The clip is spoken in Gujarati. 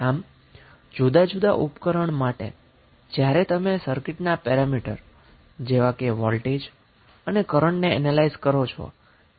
આમ જુદાં જુદાં ઉપકરણ માટે જ્યારે તમે સર્કિટના પેરામીટર જેવા કે વોલ્ટેજ અને કરન્ટ ને એનેલાઈઝ કરો છો ત્યારે શું થાય છે